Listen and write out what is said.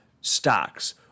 stocks